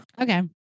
okay